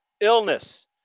illness